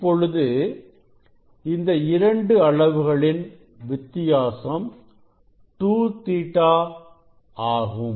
இப்பொழுது இந்த இரண்டு அளவுகளின் வித்தியாசம் 2 Ɵ ஆகும்